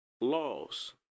laws